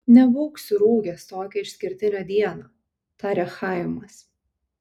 nebūk surūgęs tokią išskirtinę dieną tarė chaimas